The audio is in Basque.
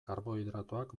karbohidratoak